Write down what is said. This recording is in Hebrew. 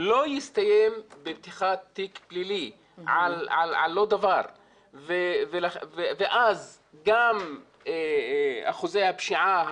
לא יסתיים בפתיחת תיק פלילי על לא דבר ואז גם אחוזי הפשיעה,